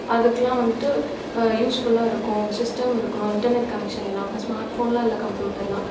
அதுக்கெலாம் வந்துட்டு யூஸ்ஃபுல்லாக இருக்கும் சிஸ்டம் இருக்கணும் இன்டர்நெட் கனெக்ஷன் வேணும் அப்போது ஸ்மார்ட் ஃபோனெலாம் இல்லை கம்ப்யூட்டர் தான்